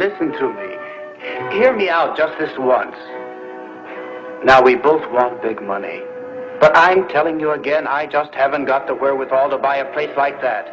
listen to hear me out just this once now we both want the money but i'm telling you again i just haven't got the wherewithal to buy a place like that